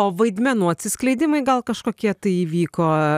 o vaidmenų atsiskleidimai gal kažkokie tai įvyko